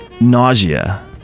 Nausea